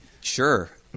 Sure